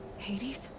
hades?